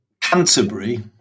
Canterbury